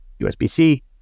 USB-C